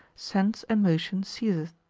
sense and motion ceaseth.